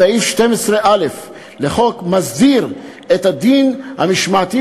סעיף 12א לחוק מסדיר את הדין המשמעתי